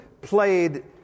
played